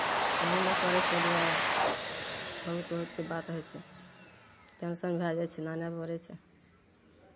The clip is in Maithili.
तऽ मङ्गबय पड़ै छै ओहि दुआरे बहुत बहुतके बात होइ छै टेन्शन भए जाइ छै